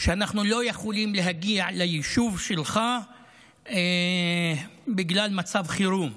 אנחנו לא יכולים להגיע ליישוב שלך בגלל מצב חירום,